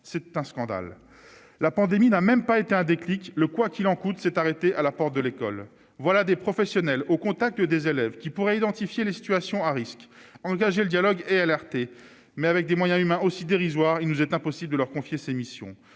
c'est un scandale, la pandémie n'a même pas été un déclic le quoi qu'il en coûte, s'est arrêtée à la porte de l'école, voilà des professionnels au contact des élèves qui pourrait identifier les situations à risques engager le dialogue est alerté, mais avec des moyens humains aussi dérisoire, il nous est impossible de leur confier ces missions,